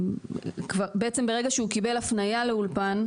בעצם ברגע שהוא קיבל הפנייה לאולפן,